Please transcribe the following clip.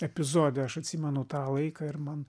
epizode aš atsimenu tą laiką ir man